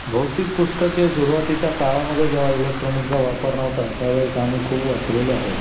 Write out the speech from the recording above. भौतिक पुस्तके सुरुवातीच्या काळामधे जेव्हा इलेक्ट्रॉनिकचा वापर नव्हता त्यावेळेस आम्ही खूप वाचलेले आहेत